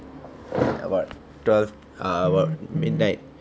about twelve err about midnight